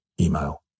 email